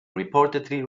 reportedly